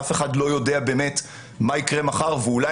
אף אחד לא יודע באמת מה יקרה מחר ואולי